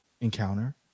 encounter